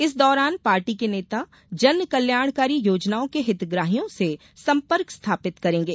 इस दौरान पार्टी के नेता जनकल्याणकारी योजनाओं के हितग्राहियों से संपर्क स्थापित करेंगे